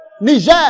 Niger